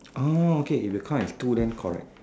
orh okay if you count as two then correct